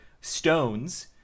stones